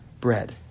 bread